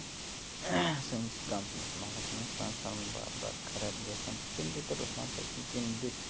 سٲنِس گامَس منٛز چھ محلَس منٛز چھُ سُہ ٹرانَسفارمر بار بار خراب گژھان تہٕ تِم گٔے پتہٕ اُسمان صٲبس نِش تہٕ تٔمۍ دِیُت